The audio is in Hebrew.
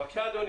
בבקשה, אדוני.